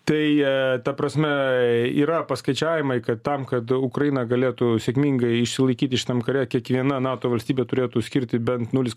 tai ta prasme tai yra paskaičiavimai kad tam kad ukraina galėtų sėkmingai išsilaikyti šitam kare kiekviena nato valstybė turėtų skirti bent nulis